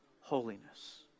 holiness